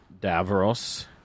Davros